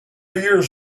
years